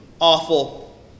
awful